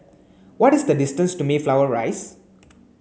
what is the distance to Mayflower Rise